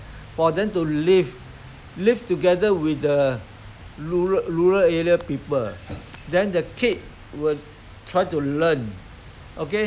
!aiya! this thing also eh very very dirty lah unhygiene lah all this kind of thing I mean you you see those rich rich people they also just try to bring their